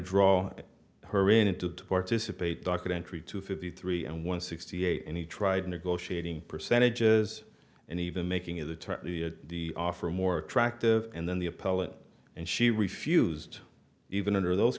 draw her into to participate documentary two fifty three and one sixty eight and he tried negotiating percentages and even making at the turn the offer more attractive and then the appellant and she refused even under those